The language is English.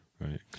right